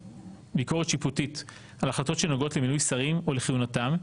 ביקורת שיפוטית על החלטות שנוגעות למינוי שרים או לכהונתם,